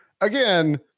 again